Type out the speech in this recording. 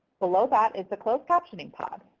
below that is the closed captioning pod.